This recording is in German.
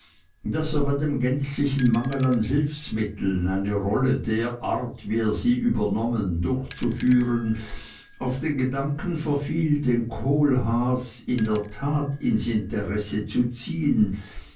daß er bei dem gänzlichen mangel an hülfsmitteln eine rolle der art wie er sie übernommen durchzuführen auf den gedanken verfiel den kohlhaas in der tat ins interesse zu ziehen